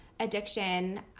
Addiction